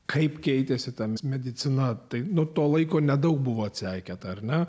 kaip keitėsi taps medicina tai nuo to laiko nedaug buvo atseikėta ar na